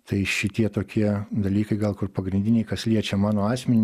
tai šitie tokie dalykai gal kur pagrindiniai kas liečia mano asmenį